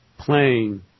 Playing